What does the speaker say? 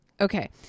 Okay